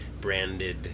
branded